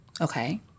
Okay